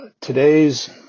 Today's